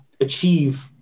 achieve